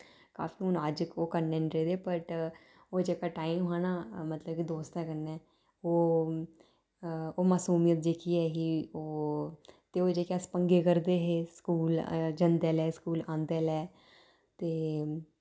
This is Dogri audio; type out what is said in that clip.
काफी हून अज्ज ओह् कन्नै निं रेह दे बट ओ जेह्का टाइम हा ना मतलब की दोस्तें कन्नै ओह् ओह् मासूमियत जेह्की ऐह् ही ओह् ते ओ जेह्के अस पंगे करदे हे स्कूल जंदे'लै स्कूल औंदे'लै ते